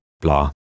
blah